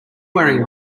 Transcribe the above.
wearing